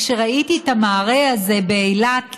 כשראיתי את המראה הזה באילת,